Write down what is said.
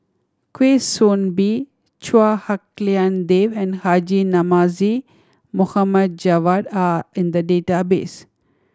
Kwa Soon Bee Chua Hak Lien Dave and Haji Namazie Mohamad Javad are in the database